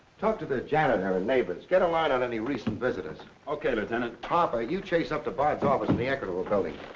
talk to the janitor, and but get a line on any recent visitors. okay, lieutenant. harper, you chase up to bard's office in the equitable building.